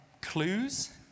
clues